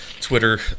Twitter